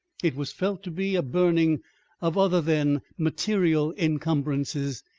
it was felt to be a burning of other than material encumbrances,